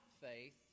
faith